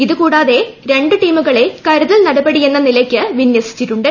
ഇതുകൂടാതെ രണ്ട് ടീമുകളെ കരുതൽ നടപടിയെന്ന നിലയ്ക്ക് വിന്യസിച്ചിട്ടുണ്ട്